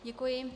Děkuji.